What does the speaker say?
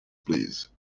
please